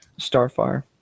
Starfire